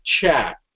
chat